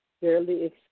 barely